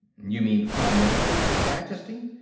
you mean the prime minister and his majesty?